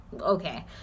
Okay